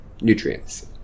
nutrients